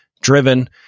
driven